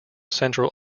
central